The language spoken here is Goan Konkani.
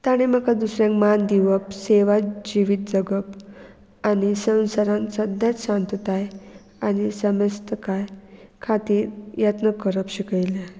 ताणें म्हाका दुसऱ्यांक मान दिवप सेवा जिवीत जगप आनी संवसारान सद्या शांतताय आनी समस्तकाय खातीर यत्न करप शिकयलें